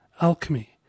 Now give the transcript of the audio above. alchemy